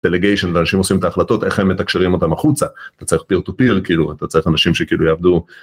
delegation זה אנשים עושים את ההחלטות איך הם מתקשרים אותם החוצה, אתה צריך פיר טו פיר כאילו, אתה צריך אנשים שכאילו יעבדו.